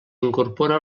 incorpora